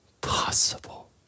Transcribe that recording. possible